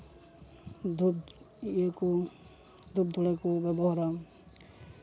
ᱫᱷᱩᱛ ᱤᱭᱟᱹ ᱠᱚ ᱫᱷᱩᱯ ᱫᱷᱩᱲᱟᱹ ᱠᱚ ᱵᱮᱵᱚᱦᱟᱨᱟ